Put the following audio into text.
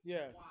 Yes